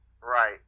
Right